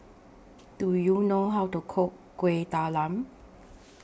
Do YOU know How to Cook Kueh Talam